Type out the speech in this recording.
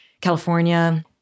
California